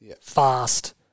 fast